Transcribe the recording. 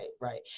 right